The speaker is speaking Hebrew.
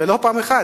ולא פעם אחת,